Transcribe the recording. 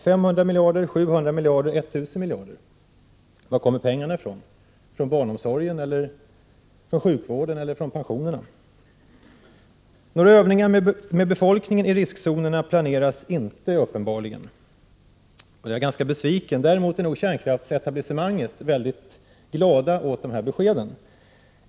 500 miljarder, 700 miljarder eller 1 000 miljarder? Några övningar med befolkningen i riskzonerna planeras uppenbarligen inte. Jag är ganska besviken. Däremot är nog kärnkraftsetablissemanget väldigt nöjt över dessa besked.